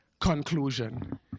conclusion